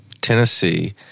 Tennessee